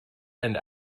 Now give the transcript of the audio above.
and